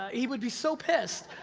he would be so pissed.